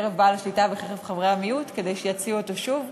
אצל בעל השליטה ובקרב חברי המיעוט כדי שיציעו אותו שוב.